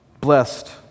blessed